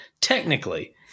technically